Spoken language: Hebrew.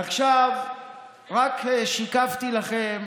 עכשיו רק שיקפתי לכם